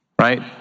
Right